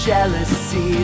Jealousy